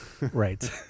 Right